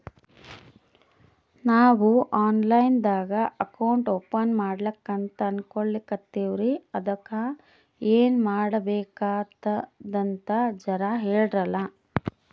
ನಾವು online ದಾಗ account open ಮಾಡ್ಲಕಂತ ಅನ್ಕೋಲತ್ತೀವ್ರಿ ಅದಕ್ಕ ಏನ ಮಾಡಬಕಾತದಂತ ಜರ ಹೇಳ್ರಲ?